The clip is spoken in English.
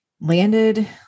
landed